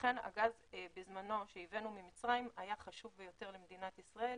ולכן הגז שהבאנו בזמנו ממצרים היה חשוב ביותר למדינת ישראל.